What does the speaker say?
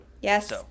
yes